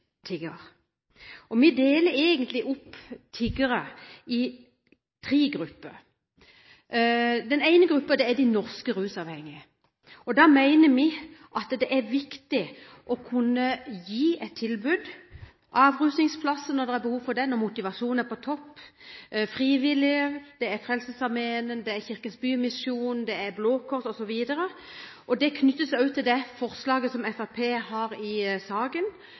tigger. Vi deler egentlig tiggere i tre grupper. Den ene gruppen er de norske rusavhengige. Vi mener det er viktig å kunne gi et tilbud – avrusningsplasser når det er behov for det, når motivasjonen er på topp, ved frivillige: Frelsesarmeen, Kirkens Bymisjon, Blå Kors osv. Det knytter seg også til det forslaget som Fremskrittspartiet har i saken,